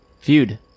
feud